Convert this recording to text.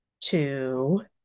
two